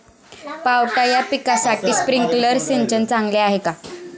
पावटा या पिकासाठी स्प्रिंकलर सिंचन चांगले आहे का?